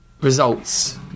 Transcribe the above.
results